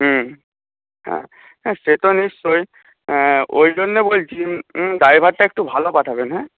হুম হ্যাঁ হ্যাঁ সে তো নিশ্চয়ই ওইজন্যে বলছি ড্রাইভারটা একটু ভালো পাঠাবেন হ্যাঁ